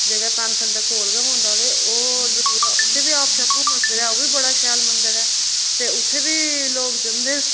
जेह्का पैंथल दे कोल गै पौंदा ते उत्थै बी आप शम्भू मंदर ऐ ओह् बी बड़ा शैल मंदिर ऐ ते उत्थै बी लोग जंदे